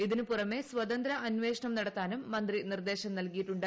ഇതിന് പുറമെ സ്വതന്ത്ര അന്വേഷണം നടത്താനും മന്ത്രി നിർദ്ദേശം നൽകിയിട്ടുണ്ട്